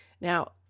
Now